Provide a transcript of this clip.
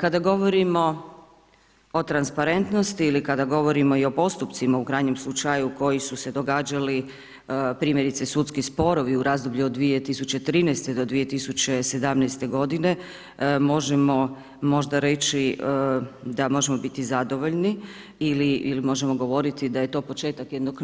Kada govorimo o transparentnosti li kada govorimo i u postupcima u krajnjem slučaju koji su se događali primjerice sudski sporovi u razdoblju od 2013. do 2017. godine, možemo možda reći da možemo biti zadovoljni ili možemo govoriti da je to početak jednog